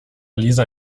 lisa